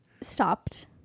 Stopped